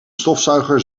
stofzuiger